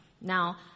Now